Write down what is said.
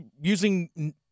using